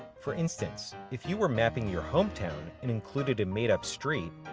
for instance, if you were mapping your hometown and included a made up street,